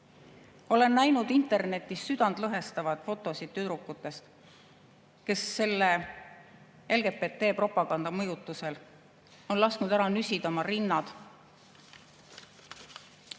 Olen näinud internetis südantlõhestavaid fotosid tüdrukutest, kes selle LGBT‑propaganda mõjutusel on lasknud ära nüsida oma rinnad